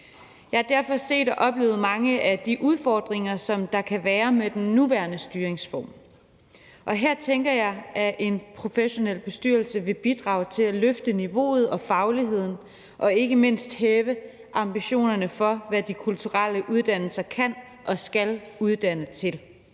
Jeg har derfor set og oplevet mange af de udfordringer, som der kan være med den nuværende styringsform, og her tænker jeg, at en professionel bestyrelse vil bidrage til at løfte niveauet og fagligheden og ikke mindst hæve ambitionerne for, hvad de kulturelle uddannelser kan og skal uddanne til.